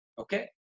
okay